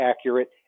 accurate